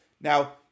Now